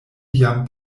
jam